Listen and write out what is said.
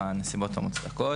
בנסיבות המוצדקות.